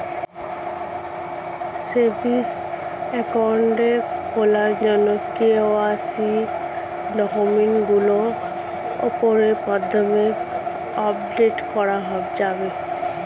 Savings account খোলার জন্য KYC ডকুমেন্টগুলো অ্যাপের মাধ্যমে কি আপডেট করা যাবে?